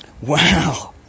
Wow